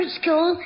school